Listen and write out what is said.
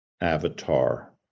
avatar